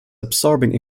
absorbing